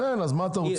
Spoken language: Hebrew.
אז אין, אז מה אתה רוצה?